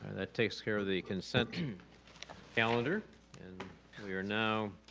that takes care of the consent calendar and we are now